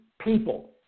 people